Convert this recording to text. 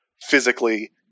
physically